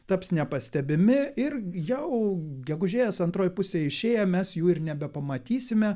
taps nepastebimi ir jau gegužės antroj pusėj išėję mes jų ir nebepamatysime